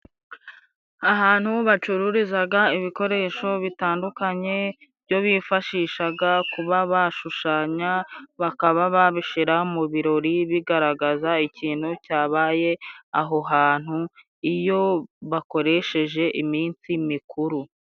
Ahantu bacururizaga ibikoresho bitandukanye， ibyo bifashishaga kuba bashushanya， bakaba babishira mu birori bigaragaza ikintu cyabaye aho hantu， iyo bakoresheje iminsi mikuru.